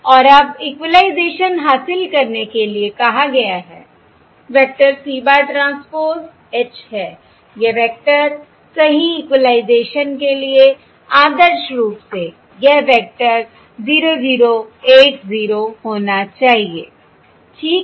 और अब इक्वलाइजेशन हासिल करने के लिए कहा गया है vector c bar transpose H है यह वेक्टर सही इक्वलाइजेशन के लिए आदर्श रूप से यह वेक्टर 0 0 1 0 होना चाहिए ठीक